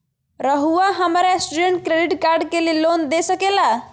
रहुआ हमरा student credit card के लिए लोन दे सके ला?